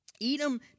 Edom